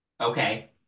Okay